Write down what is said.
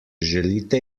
želite